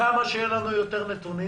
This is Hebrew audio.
כמה שיהיו לנו יותר נתונים